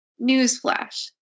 Newsflash